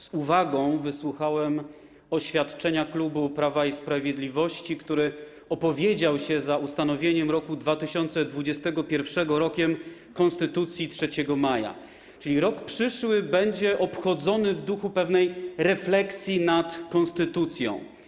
Z uwagą wysłuchałem oświadczenia klubu Prawa i Sprawiedliwości, który opowiedział się za ustanowieniem roku 2021 Rokiem Konstytucji 3 Maja, czyli rok przyszły będzie obchodzony w duchu pewnej refleksji nad konstytucją.